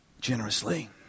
generously